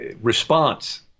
response